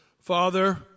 Father